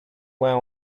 when